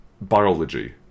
biology